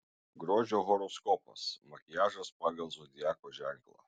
grožio horoskopas makiažas pagal zodiako ženklą